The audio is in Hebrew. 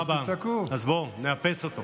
לא ייאמן.